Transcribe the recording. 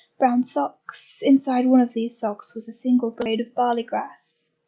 brown socks inside one of these socks was a single blade of barley grass,